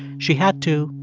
she had to.